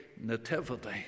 nativity